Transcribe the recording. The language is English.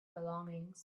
belongings